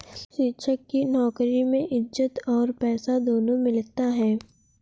शिक्षक की नौकरी में इज्जत और पैसा दोनों मिलता है